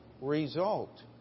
result